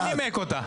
מי נימק אותה?